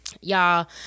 y'all